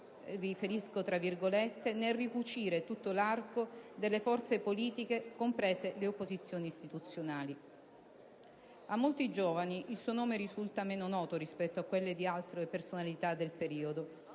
parte attiva avuta nel «ricucire tutto l'arco delle forze politiche, comprese le opposizioni istituzionali». A molti giovani il suo nome risulta meno noto rispetto a quello di altre personalità del periodo;